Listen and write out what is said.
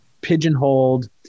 pigeonholed